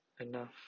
enough